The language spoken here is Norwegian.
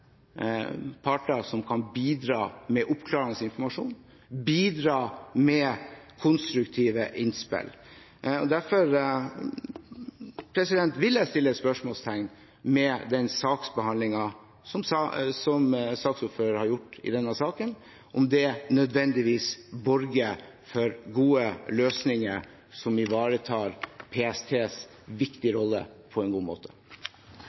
parter som kan bidra med oppklarende informasjon, bidra med konstruktive innspill. Derfor vil jeg sette spørsmålstegn ved den saksbehandlingen som saksordføreren har gjort i denne saken – om det nødvendigvis borger for gode løsninger som ivaretar PSTs viktige rolle på en god måte.